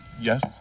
yes